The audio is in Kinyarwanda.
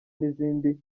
n’izindi